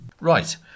Right